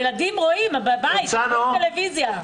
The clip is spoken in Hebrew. הילדים רואים בבית טלוויזיה...